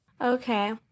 Okay